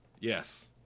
Yes